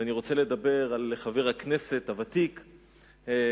ואני רוצה לדבר על חבר הכנסת הוותיק שחולל,